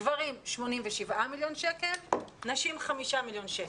גברים 87 מיליון שקל, נשים חמישה מיליון שקל.